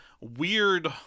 weird